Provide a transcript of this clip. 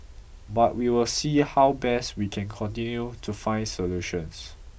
but we will see how best we can continue to find solutions